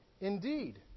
indeed